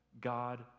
God